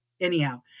Anyhow